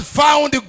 found